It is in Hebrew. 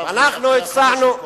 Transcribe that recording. הצענו,